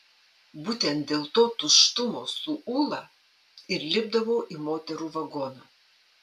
būtent dėl to tuštumo su ūla ir lipdavau į moterų vagoną